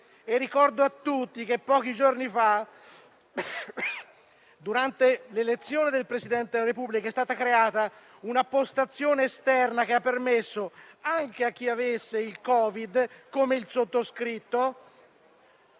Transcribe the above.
Ricordo a tutti che pochi giorni fa, durante l'elezione del Presidente della Repubblica, è stata creata una postazione esterna che ha permesso anche a chi aveva il Covid, come il sottoscritto,